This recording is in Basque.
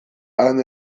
han